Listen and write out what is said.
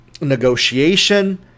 negotiation